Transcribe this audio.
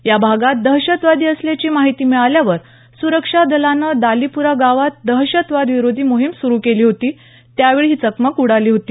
या भागात दहशतवादी असल्याची माहिती मिळाल्यावर सुरक्षादलानं दालीपूरा गावात दहशतवाद विरोधी मोहीम सुरु केली होती त्यावेळी ही चकमक उडाली होती